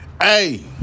Hey